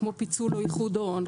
כמו פיצול או איחוד הון,